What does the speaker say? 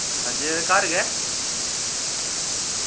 अज्ज घर गै